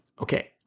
Okay